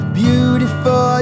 beautiful